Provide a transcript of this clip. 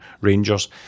Rangers